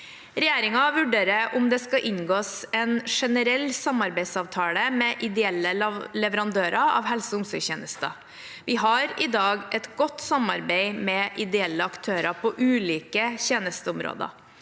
Regjeringen vurderer om det skal inngås en generell samarbeidsavtale med ideelle leverandører av helse- og omsorgstjenester. Vi har i dag et godt samarbeid med ideelle aktører på ulike tjenesteområder.